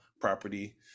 property